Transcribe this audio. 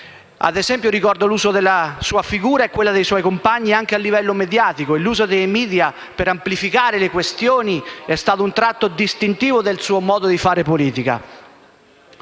Ad esempio ricordo l'uso della sua figura e di quella dei suoi compagni a livello mediatico. L'uso dei *media* per amplificare le questioni è stato, infatti, un tratto distintivo del suo modo di fare politica.